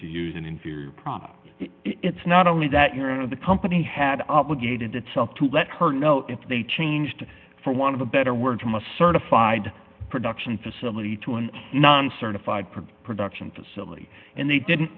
to use an inferior product it's not only that you're out of the company had obligated itself to let her know if they changed for want of a better word from a certified production facility to a non certified print production facility and they didn't